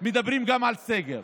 מדברים גם על סגר.